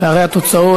מבקשת